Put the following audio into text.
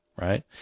Right